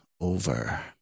over